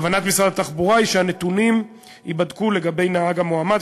כוונת משרד התחבורה היא שהנתונים ייבדקו לגבי הנהג המועמד,